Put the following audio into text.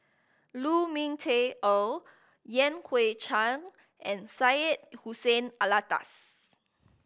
Lu Ming Teh Earl Yan Hui Chang and Syed Hussein Alatas